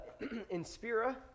Inspira